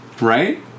right